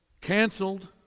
canceled